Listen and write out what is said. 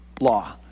law